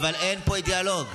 אבל אין פה דיאלוג.